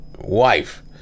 wife